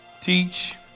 teach